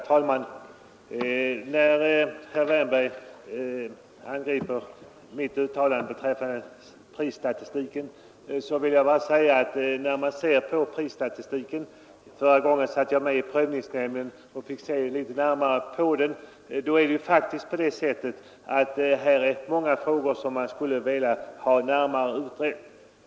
Herr talman! Herr Wärnberg angrep mig för mitt uttalande beträffande prisstatistiken. Förra gången var jag med i fastighetsprövningsnämnden och fick se närmare på statistiken. Jag fann då att det fanns många frågor som man gärna skulle vilja ha utredda.